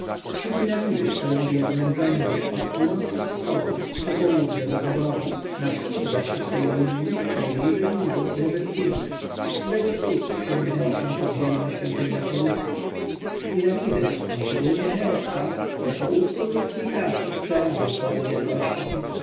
trzy piramidy stoją w jednym rzędzie od północo-wschodu ku południo-zachodowi na wschód zaś od tej linji najbliżej nilu leży sfinks u którego stóp ciągnęła się podziemna świątynia horusa piramidy a szczególnie cheopsa jako utwór ludzkiej pracy przeraża swoją wielkością